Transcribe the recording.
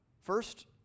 First